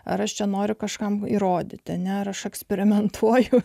ar aš čia noriu kažkam įrodyti nerašau eksperimentuoju